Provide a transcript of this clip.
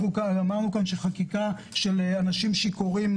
אמרנו כאן שחקיקה של אנשים שיכורים,